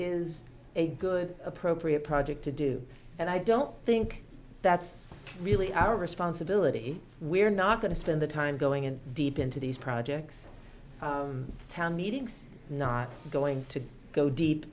is a good appropriate project to do and i don't think that's really our responsibility we're not going to spend the time going in deep into these projects town meetings not going to go deep